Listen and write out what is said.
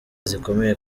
zikomeye